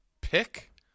pick